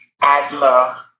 asthma